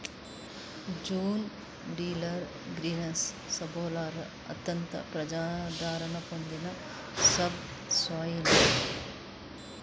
John Deere green system subsoiler అత్యంత ప్రజాదరణ పొందిన సబ్ సాయిలర్